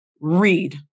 read